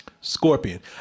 Scorpion